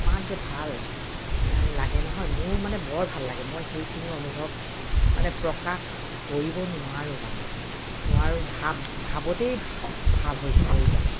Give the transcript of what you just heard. ইমান যে ভাল লাগে নহয় মোৰ মানে বৰ ভাল লাগে মই সেইখিনি অনুভৱ মানে প্ৰকাশ কৰিব নোৱাৰোঁ মানে নোৱাৰোঁ ভাব ভাৱতেই ভাব হৈ ৰৈ যায়